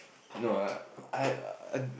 no ah I